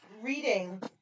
reading